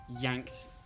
yanked